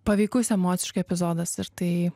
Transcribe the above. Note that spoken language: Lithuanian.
paveikus emociškai epizodas ir tai